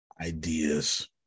ideas